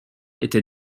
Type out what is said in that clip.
était